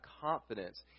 confidence